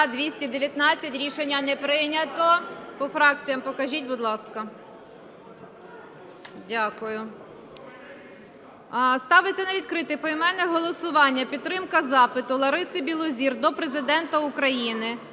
За-219 Рішення не прийнято. По фракціях покажіть, будь ласка. Дякую. Ставиться на відкрите поіменне голосування підтримка запиту Лариси Білозір до Президента України